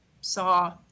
saw